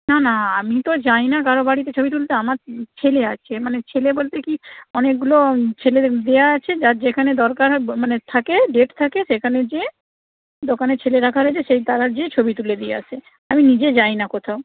না না আমি তো যাই না কারও বাড়িতে ছবি তুলতে আমার ছেলে আছে মানে ছেলে বলতে কী অনেকগুলো ছেলে দেওয়া আছে যার যেখানে দরকার মানে থাকে ডেট থাকে সেখানে গিয়ে দোকানের ছেলে রাখা রয়েছে সেই তারা গিয়ে ছবি তুলে দিয়ে আসে আমি নিজে যাই না কোথাও